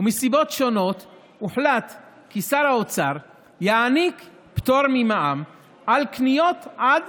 ומסיבות שונות הוחלט כי שר האוצר יעניק פטור ממע"מ על קניות עד